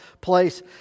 place